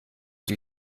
die